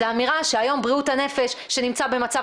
זה אמירה שהיום בריאות הנפש שמצא במחצב